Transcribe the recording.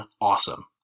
awesome